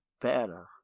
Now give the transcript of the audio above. better